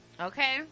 Okay